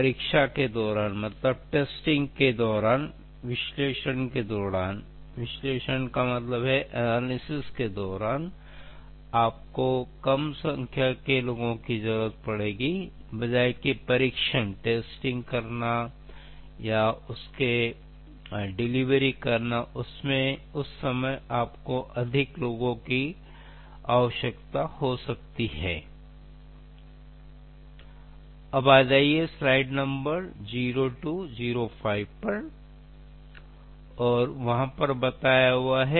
परीक्षा के दौरान विश्लेषण के दौरान आपको कम संख्या में लोगों की आवश्यकता हो सकती है और परीक्षण के दौरान आपको अधिक संख्या में व्यक्तियों की आवश्यकता हो सकती है